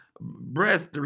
breath